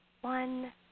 one